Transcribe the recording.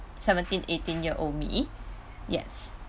seventeen eighteen year old me yes